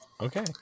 Okay